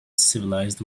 civilized